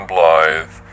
Blythe